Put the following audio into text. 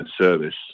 service